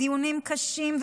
בדיונים קשים,